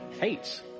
hates